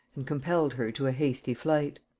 and compelled her to a hasty flight.